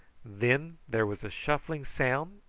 then there was a shuffling sound,